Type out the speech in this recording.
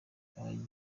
abagize